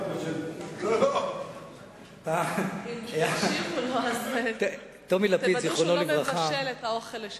אז תוודאו שהוא לא מבשל את האוכל לשבת,